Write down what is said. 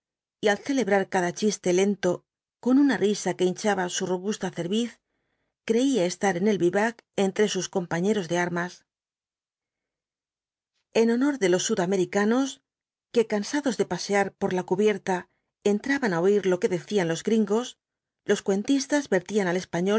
y al celebrar cada chiste lento con una risa que hinchaba su robusta cerviz creía estar en el vivac entre sus compañeros de armas en honor de los sudamericanos que cansados de pasear por la cubierta entraban á oir lo que decían los gringos los cuentistas vertían al español